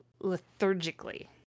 lethargically